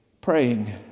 praying